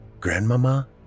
Grandmama